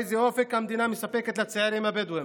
איזה אופק המדינה מספקת לצעירים הבדואים?